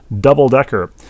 double-decker